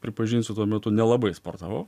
pripažinsiu tuo metu nelabai sportavau